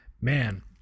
man